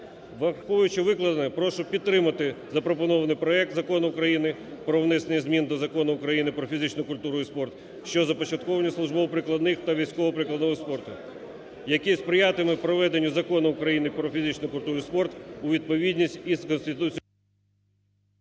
Враховуючи викладене, прошу підтримати запропонований проект Закону України про внесення змін до Закону України "Про фізичну культуру і спорт", що започатковані у службово-прикладних та військово-прикладному спорту, який сприятиме проведенню Закону України "Про фізичну культуру і спорт" у відповідність із Конституцією…